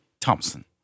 Thompson